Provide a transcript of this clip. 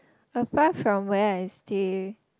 apart from where I stay